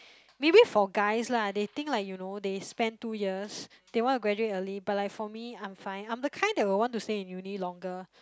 maybe for guys lah they think like you know they spent two years they want to graduate early but like for me I'm fine I'm the kind that would want to stay in uni longer